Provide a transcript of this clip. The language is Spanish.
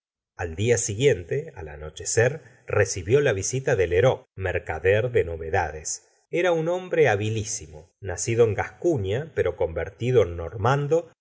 al día siguiente al anochecer recibió la visita de leureux mercader de novedades era un hombre habilísimo nacido en gascuna pero convertido en normando